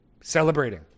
celebrating